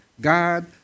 God